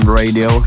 radio